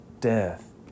death